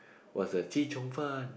was the chee-cheong-fun